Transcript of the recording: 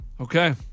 Okay